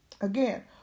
Again